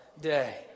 day